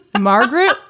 Margaret